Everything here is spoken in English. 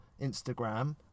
Instagram